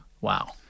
Wow